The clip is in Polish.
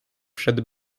przed